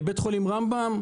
לגבי בית חולים רמב"ם,